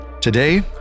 Today